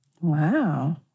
Wow